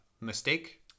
mistake